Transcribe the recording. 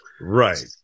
Right